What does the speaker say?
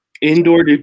Indoor